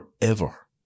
forever